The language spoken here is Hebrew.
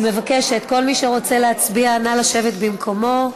אני מבקשת, כל מי שרוצה להצביע, נא לשבת במקומו.